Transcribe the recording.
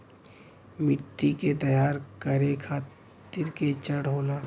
मिट्टी के तैयार करें खातिर के चरण होला?